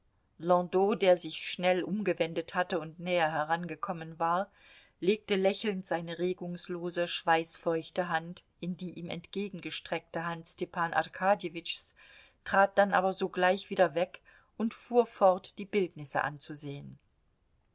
landau der sich schnell umgewendet hatte und näher herangekommen war legte lächelnd seine regungslose schweißfeuchte hand in die ihm entgegengestreckte hand stepan arkadjewitschs trat dann aber sogleich wieder weg und fuhr fort die bildnisse anzusehen